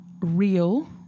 real